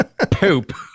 poop